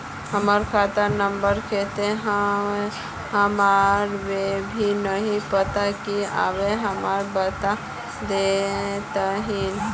हमर खाता नम्बर केते है हमरा वो भी नहीं पता की आहाँ हमरा बता देतहिन?